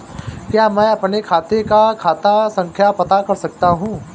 क्या मैं अपने खाते का खाता संख्या पता कर सकता हूँ?